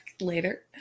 later